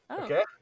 Okay